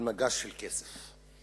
מגש של כסף.